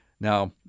Now